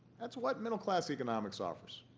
that's what middle-class economics offers.